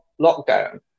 lockdown